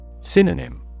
Synonym